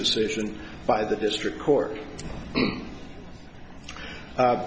decision by the district court